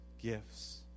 gifts